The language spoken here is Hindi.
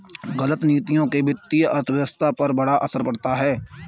गलत नीतियों से वित्तीय अर्थव्यवस्था पर बड़ा असर पड़ता है